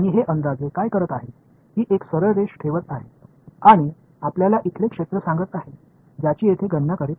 आणि हे अंदाजे काय करत आहे ही एक सरळ रेष ठेवत आहे आणि आपल्याला इथले क्षेत्र सांगत आहे ज्याची येथे गणना करीत आहे